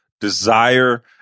desire